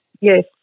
Yes